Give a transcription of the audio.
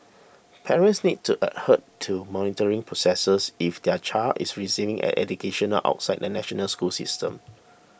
parents need to adhere to monitoring processes if their child is receiving an education outside the national school system